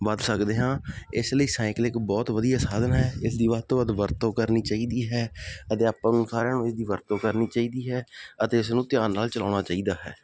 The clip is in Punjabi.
ਵੱਧ ਸਕਦੇ ਹਾਂ ਇਸ ਲਈ ਸਾਈਕਲ ਇੱਕ ਬਹੁਤ ਵਧੀਆ ਸਾਧਨ ਹੈ ਇਸ ਦੀ ਵੱਧ ਤੋਂ ਵੱਧ ਵਰਤੋਂ ਕਰਨੀ ਚਾਹੀਦੀ ਹੈ ਅਧਿਆਪਕਾਂ ਨੂੰ ਸਾਰਿਆਂ ਨੂੰ ਇਹਦੀ ਵਰਤੋਂ ਕਰਨੀ ਚਾਹੀਦੀ ਹੈ ਅਤੇ ਇਸ ਨੂੰ ਧਿਆਨ ਨਾਲ ਚਲਾਉਣਾ ਚਾਹੀਦਾ ਹੈ